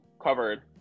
covered